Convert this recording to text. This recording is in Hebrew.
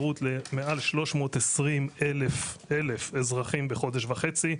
למעלה מ-320,000 אזרחים בחודש וחצי,